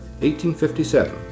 1857